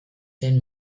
zen